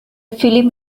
film